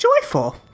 Joyful